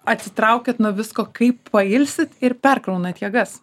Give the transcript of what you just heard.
atsitraukiat nuo visko kaip pailsit ir perkraunat jėgas